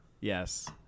Yes